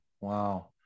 wow